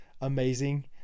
amazing